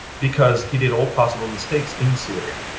because he did all possible mistakes in syria.